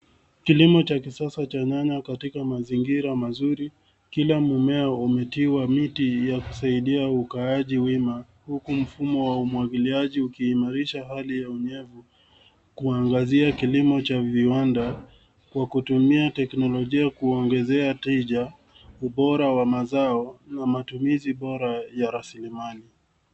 Kilimo cha kisasa katika cha nyanya katika mazingira mazuri. Kila mmea umetiwa miti ya kusaidia ukaaji wima ,huku mfumo wa umwangiliaji ukiimarisha hali ya unyevu kuangazia kilimo cha viwanda kwa kutumia teknolojia kuwaongezea wateja ,ubora wa mazao na matumizi bora ya raslimali.